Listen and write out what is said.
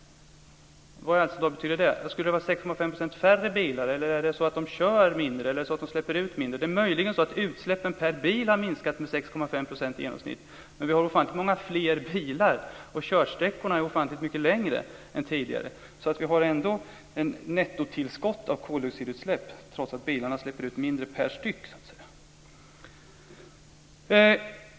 Vad betyder det? Skulle det vara 5,6 % färre bilar, kör de mindre eller är utsläppen mindre? Det är möjligen så att utsläppen per bil har minskat med 5,6 % i genomsnitt, men vi har ofantligt många fler bilar, och körsträckorna är ofantligt mycket längre än tidigare. Vi har ett nettotillskott av koldioxidutsläpp trots att utsläppen per bil är mindre.